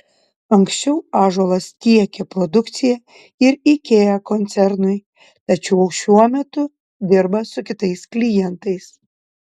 anksčiau ąžuolas tiekė produkciją ir ikea koncernui tačiau šiuo metu dirba su kitais klientais